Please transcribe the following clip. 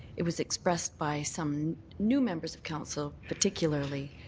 it was expressed by some new members of council, particularly,